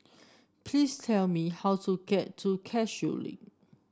please tell me how to get to Cashew Link